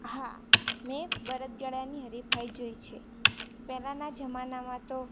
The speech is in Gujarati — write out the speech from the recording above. હા મેં બળદ ગાડાંની હરીફાઈ જોઈ છે પહેલાંના જમાનામાં તો